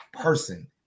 person